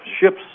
ship's